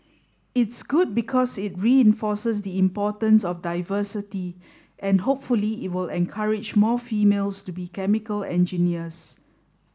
it's good because it reinforces the importance of diversity and hopefully it will encourage more females to be chemical engineers